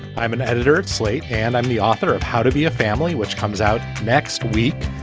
i'm an editor at slate and i'm the author of how to be a family which comes out next week.